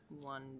one